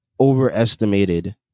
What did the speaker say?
overestimated